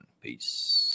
Peace